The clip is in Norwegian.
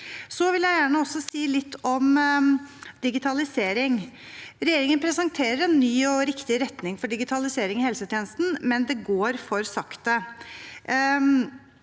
Jeg vil gjerne også si litt om digitalisering. Regjeringen presenterer en ny og riktig retning for digitalisering i helsetjenesten, men det går for sakte.